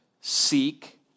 seek